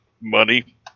Money